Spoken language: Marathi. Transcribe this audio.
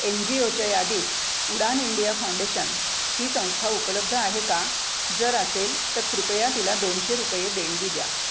एन जी ओच्या यादीत उडान इंडिया फाउंडेशन ही संस्था उपलब्ध आहे का जर असेल तर कृपया तिला दोनशे रुपये देणगी द्या